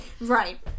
Right